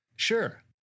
Sure